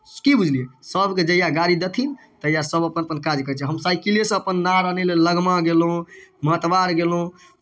की बुझलियै सभके जहिआ गाड़ी देथिन तहिआ सभ अपन अपन काज करै छै हम साइकिलेसँ अपन नार अनय लेल लगमा गेलहुँ मतबार गेलहुँ